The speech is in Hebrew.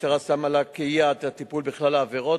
המשטרה שמה לה כיעד את הטיפול בכלל העבירות,